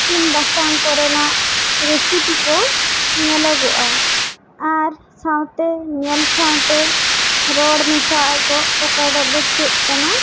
ᱤᱥᱤᱱ ᱵᱟᱥᱟᱝ ᱠᱚᱨᱮᱱᱟᱜ ᱨᱮᱥᱤᱯᱤ ᱠᱚ ᱧᱮᱞᱚᱜᱚᱜᱼᱟ ᱟᱨ ᱥᱟᱶᱛᱮ ᱧᱮᱞ ᱥᱟᱶᱛᱮ ᱨᱚᱲ ᱢᱮᱥᱟ ᱫᱚ ᱚᱠᱟᱴᱟᱜ ᱫᱚ ᱪᱮᱫ ᱠᱟᱱᱟ